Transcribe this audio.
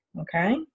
Okay